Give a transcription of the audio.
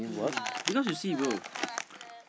mm because you see bro